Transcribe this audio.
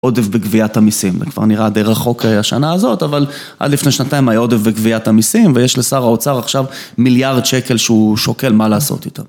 עודף בגביית המיסים, זה כבר נראה די רחוק השנה הזאת, אבל עד לפני שנתיים היה עודף בגביית המיסים ויש לשר האוצר עכשיו מיליארד שקל שהוא שוקל מה לעשות איתו.